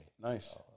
Nice